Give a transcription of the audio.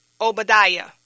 Obadiah